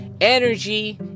Energy